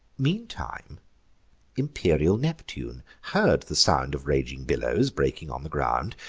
meantime imperial neptune heard the sound of raging billows breaking on the ground.